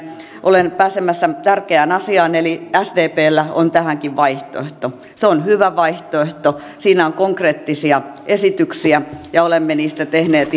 olen pääsemässä tärkeään asiaan eli sdpllä on tähänkin vaihtoehto se on hyvä vaihtoehto siinä on konkreettisia esityksiä ja olemme niistä tehneet